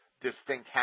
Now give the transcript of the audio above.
distinct